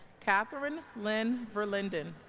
kathryn lynn verlinden